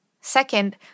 Second